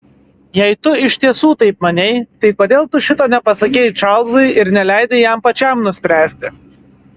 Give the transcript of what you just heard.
jei tu iš tiesų taip manei tai kodėl tu šito nepasakei čarlzui ir neleidai jam pačiam nuspręsti